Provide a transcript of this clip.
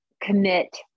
commit